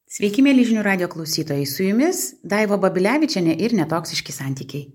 sveiki mieli žinių radijo klausytojai su jumis daiva babilevičienė ir netoksiški santykiai